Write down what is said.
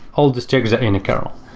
all the strings are in a kernel.